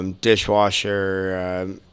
dishwasher